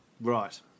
Right